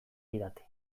didate